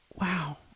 wow